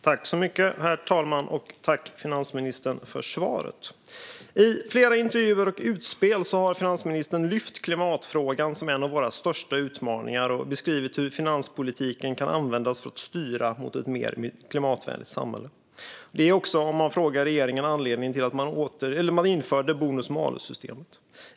Herr talman! Tack, finansministern, för svaret! I flera intervjuer och utspel har finansministern lyft klimatfrågan som en av våra största utmaningar och beskrivit hur finanspolitiken kan användas för att styra mot ett mer klimatvänligt samhälle. Det är också, om man frågar regeringen, anledningen till att man införde bonus-malus-systemet.